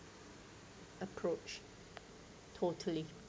approach totally